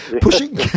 Pushing